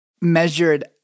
measured